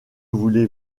voulez